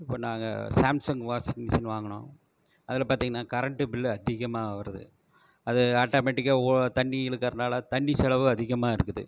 இப்போ நாங்கள் Samsung washing machine வாங்குனோம் அதில் பார்த்தீங்கன்னா கரண்ட்டு பில் அதிகமாக வருது அது ஆட்டோமேடிக்காக ஓ தண்ணி இழுக்குறனால் தண்ணி செலவு அதிகமாக இருக்குது